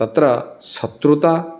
तत्र शत्रुता